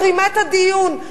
מחרימה את הדיון.